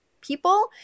people